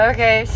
Okay